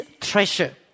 treasure